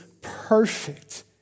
perfect